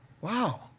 wow